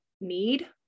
need